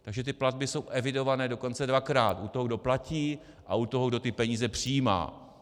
Takže ty platby jsou evidované dokonce dvakrát u toho, kdo platí, a u toho, kdo ty peníze přijímá.